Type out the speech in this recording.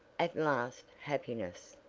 at last happiness.